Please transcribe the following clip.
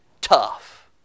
tough